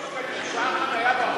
1,000 שקלים לשעה חנייה ברחוב?